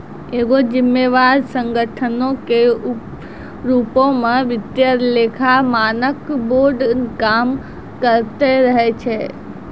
एगो जिम्मेवार संगठनो के रुपो मे वित्तीय लेखा मानक बोर्ड काम करते रहै छै